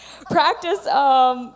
Practice